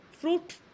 fruit